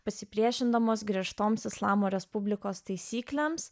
pasipriešindamos griežtoms islamo respublikos taisyklėms